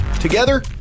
Together